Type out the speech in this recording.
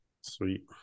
Sweet